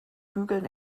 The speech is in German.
bügeln